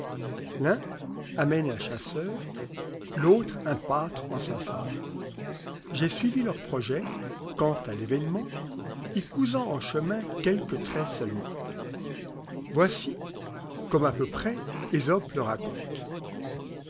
amène un chasseur l'autre un pâtre en sa fable j'ai suivi leur projet quant à l'événement y courant en chemin quelque trait seulement voici comme à peu prés esope le raconte